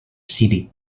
city